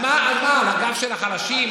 על מה, על הגב של החלשים?